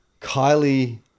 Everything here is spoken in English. Kylie